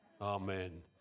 Amen